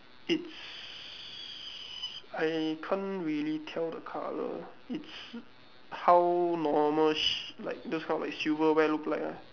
it's I can't really tell the colour it's how normal sh~ like those kind of silverware look like ah